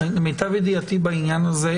10:25) אני רוצה לומר שלמיטב ידיעתי בעניין הזה,